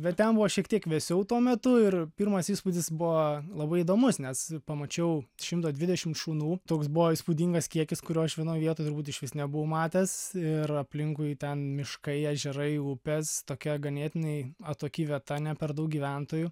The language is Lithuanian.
bet ten buvo šiek tiek vėsiau tuo metu ir pirmas įspūdis buvo labai įdomus nes pamačiau šimtą dvidešim šunų toks buvo įspūdingas kiekis kurio aš vienoj vietoj turbūt išvis nebuvau matęs ir aplinkui ten miškai ežerai upės tokia ganėtinai atoki vieta ne per daug gyventojų